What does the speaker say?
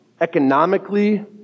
Economically